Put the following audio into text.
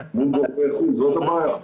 זאת הבעיה?